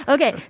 Okay